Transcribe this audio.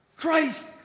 Christ